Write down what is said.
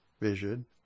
vision